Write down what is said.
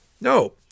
No